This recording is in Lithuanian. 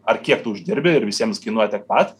ar kiek tu uždirbi ir visiems kainuoja tiek pat